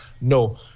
No